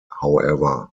however